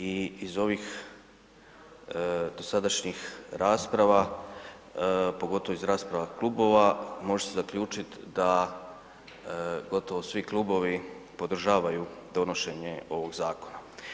I iz ovih dosadašnjih rasprava, pogotovo iz rasprava klubova može se zaključiti da gotovo svi klubovi podržavaju donošenje ovog zakona.